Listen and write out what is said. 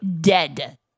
dead